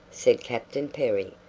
said captain perry,